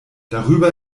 darüber